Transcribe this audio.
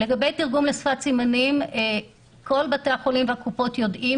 לגבי תרגום לשפת סימנים כל בתי החולים והקופות יודעים